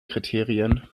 kriterien